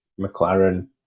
McLaren